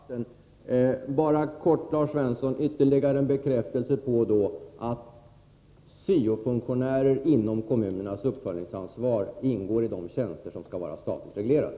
Herr talman! Jag skall inte förlänga debatten. Jag vill bara kort ge Lars Svensson en ytterligare bekräftelse på att syo-funktionärer inom kommunernas uppföljningsansvar ingår i de tjänster som skall vara statligt reglerade.